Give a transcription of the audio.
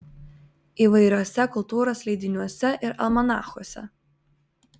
įvairiuose kultūros leidiniuose ir almanachuose